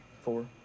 Four